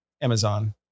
Amazon